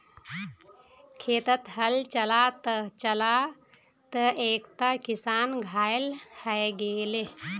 खेतत हल चला त चला त एकता किसान घायल हय गेले